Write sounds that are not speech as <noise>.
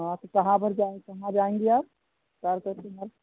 हाँ तो कहाँ पर जा कहाँ जाएँगी आप कार टेक्सी <unintelligible>